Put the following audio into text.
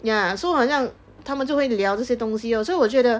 ya so 好像他们就会聊这些东西 lor so 我觉得